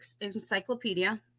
encyclopedia